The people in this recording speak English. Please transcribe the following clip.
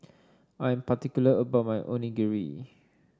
I'm particular about my Onigiri